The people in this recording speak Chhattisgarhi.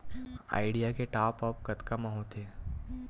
आईडिया के टॉप आप कतका म होथे?